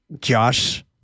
Josh